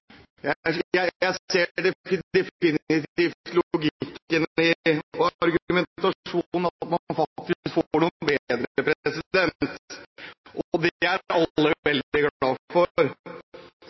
jeg ser definitivt logikken i argumentasjonen, at man faktisk får noe bedre, og det er alle veldig glad for.